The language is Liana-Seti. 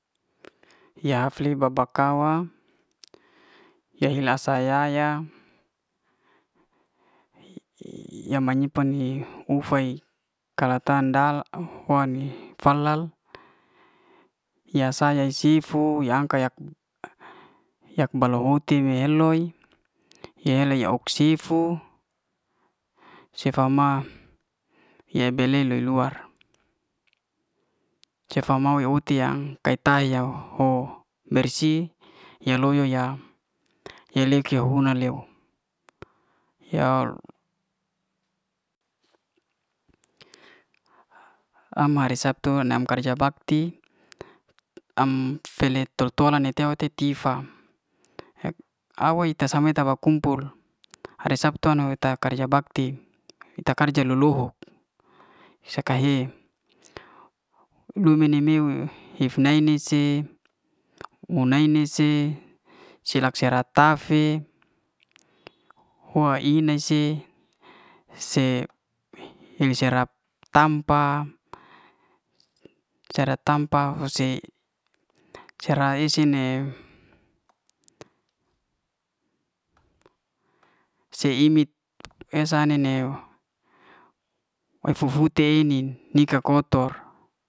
Ya hafle ba ba ka'wa ya hele asa ya ya ya manyimpan hi ufai kala tandal wa ne falal ya saya ya sifu ya angka yak yak bala huti me heloy ya hele op sufi sefa ma ya bale le luar sefa mau ya uhti yang pai tai'o ho bersih ya loyo ya ya leke huna leu am hari saptu nam karja bakti, am fele to tola ti tifa aw we te bakumpul hari saptu an we te karja bakti. ita karja lo'lohok ya sa he lo'mo me niuw cef na ni se, hua nai ni se serak serak tafe wa ina se se hil serap tampa. se'raf tampa hose sera ese ne, se imit esa ni neuw e fufu ta ei'nin ni ka kotor.